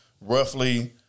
roughly